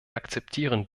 akzeptieren